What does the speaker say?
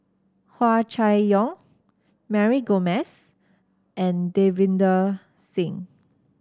Hua Chai Yong Mary Gomes and Davinder Singh